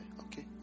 okay